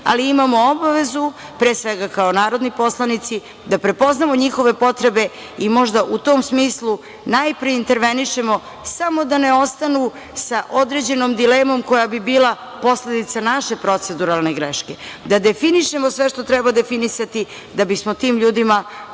ali imamo obavezu, pre svega kao narodni poslanici, da prepoznamo njihove potrebe i možda u tom smislu najpre intervenišemo samo da ne ostanu sa određenom dilemom koja bi bila posledica naše proceduralne greške, da definišemo sve što treba definisati, da bismo tim ljudima olakšali